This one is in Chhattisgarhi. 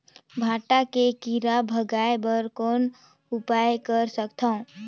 भांटा के कीरा भगाय बर कौन उपाय कर सकथव?